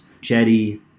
Jetty